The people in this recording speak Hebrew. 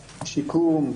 שיקום,